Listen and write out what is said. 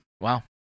Wow